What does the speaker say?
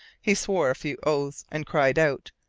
he swore a few oaths, and cried out,